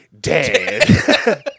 dead